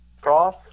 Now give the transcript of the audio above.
Cross